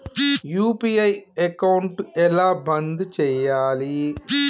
UPI account ఎలా బంద్ చేయాలి?